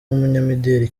umunyamideli